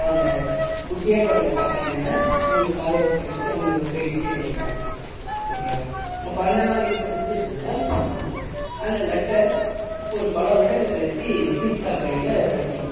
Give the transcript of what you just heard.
அந்த குட்டியாக கொழந்தை காப்பாற்றுனாங்கனா அவங்கள் காலேஜ் படித்து அந்த ஒரு பெரிய ஸ்டேஜுக்கு வந்துட்டாங்க ஓகேவா அப்போ அந்தமாதிரி இருக்கிற சுச்சிவேஷனில் அந்த லெட்டர் ஒரு பல வருடங்கள் கழித்து சீதா கையில் கிடைக்கிது